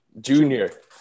Junior